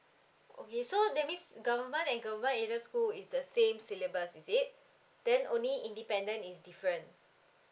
okay so that means government and government aided schools is the same syllabus is it then only independent is different